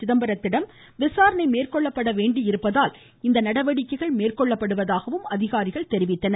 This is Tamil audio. சிதம்பரத்திடம் விசாரணை மேற்கொள்ளப்பட வேண்டியிருப்பதால் இந்நடவடிக்கைகள் மேற்கொள்ளப்படுவதாக அதிகாரிகள் கூறினர்